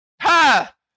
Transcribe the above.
Ha